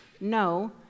No